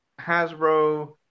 Hasbro